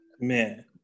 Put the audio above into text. Man